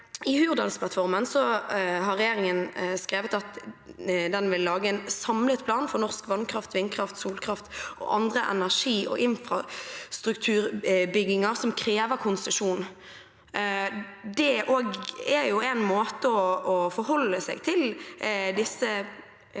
at den vil lage en samlet plan for norsk vannkraft, vindkraft, solkraft og andre energi- og infrastrukturutbygginger som krever konsesjon. Det er også en måte å forholde seg til disse